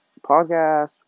podcast